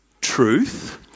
truth